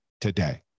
today